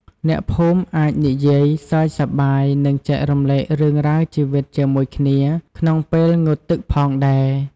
អ្នកភូមិអាចនិយាយ សើចសប្បាយ និងចែករំលែករឿងរ៉ាវជីវិតជាមួយគ្នាក្នុងពេលងូតទឹកផងដែរ។